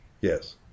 Yes